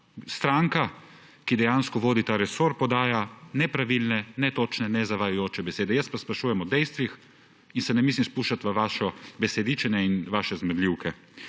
stranka, ki dejansko vodi ta resor, podaja nepravilne, netočne, zavajajoče besede? Jaz pa sprašujem o dejstvih in se ne mislim spuščati v vaše besedičenje in vaše zmerljivke.